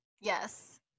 Yes